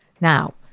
Now